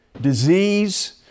Disease